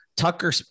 Tucker